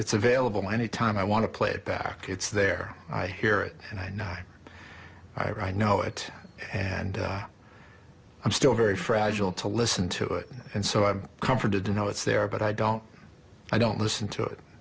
it's available any time i want to play it back it's there i hear it and i know i right know it and i'm still very fragile to listen to it and so i'm comforted to know it's there but i don't i don't listen to it